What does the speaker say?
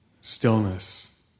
Stillness